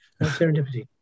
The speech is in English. serendipity